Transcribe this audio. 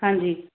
ਹਾਂਜੀ